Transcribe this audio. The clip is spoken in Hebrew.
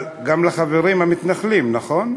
אבל גם לחברים המתנחלים, נכון?